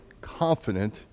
confident